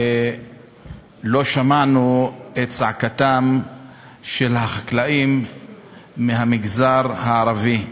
ולא שמענו את צעקתם של החקלאים מהמגזר הערבי.